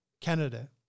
Canada